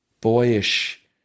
boyish